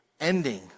ending